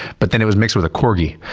but then it was mixed with a corgi.